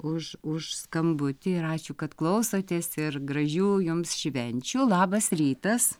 už už skambutį ir ačiū kad klausotės ir gražių jums švenčių labas rytas